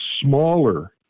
smaller